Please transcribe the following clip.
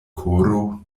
koro